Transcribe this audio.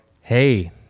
hey